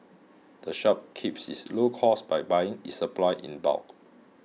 the shop keeps its low costs by buying its supplies in bulk